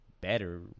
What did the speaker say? better